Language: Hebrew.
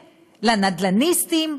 לנדל"ניסטים,